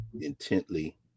intently